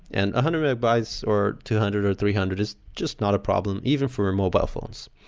and hundred megabytes, or two hundred, or three hundred is just not a problem even for mobile phone's.